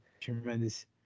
Tremendous